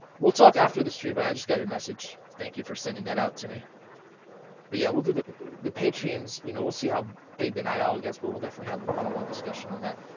we'll talk after the streamer. i just got your message. thank you for sending that out to me but yeah, we'll do the the patreon you know we'll see how big the night owl gets, but we'll definitely have a one-on-one discussion on that